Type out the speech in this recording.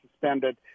suspended